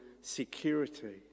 security